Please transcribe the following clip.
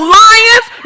lions